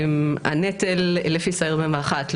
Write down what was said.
ועכשיו השאלה היא לאיזה פרק זמן אנחנו דוחים.